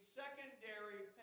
secondary